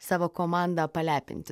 savo komandą palepinti